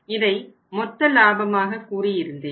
இதை மொத்த லாபமாக கூறியிருந்தேன்